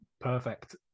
Perfect